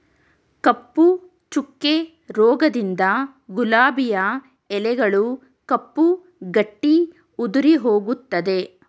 ಕಪ್ಪು ಚುಕ್ಕೆ ರೋಗದಿಂದ ಗುಲಾಬಿಯ ಎಲೆಗಳು ಕಪ್ಪು ಗಟ್ಟಿ ಉದುರಿಹೋಗುತ್ತದೆ